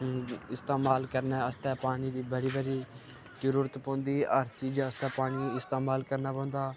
इस्तमाल करने आस्तै पानी दी बड़ी बड़ी जरूरत पौंदी हर चीज आस्तै पानी इस्तेमाल करना पौंदा